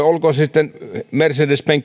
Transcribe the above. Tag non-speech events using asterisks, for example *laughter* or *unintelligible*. *unintelligible* olkoon se sitten mercedes